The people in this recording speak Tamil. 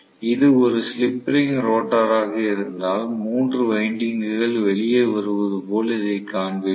இது ஒரு ஸ்லிப் ரிங் ரோட்டராக இருந்தால் 3 வைண்டிங்குகள் வெளியே வருவது போல் இதைக் காண்பிப்பேன்